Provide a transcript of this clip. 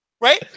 right